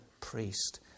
priest